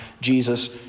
Jesus